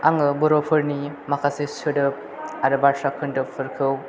आङो बर'फोरनि माखासे सोदोब आरो बाथ्रा खोन्दोबफोरखौ